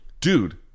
dude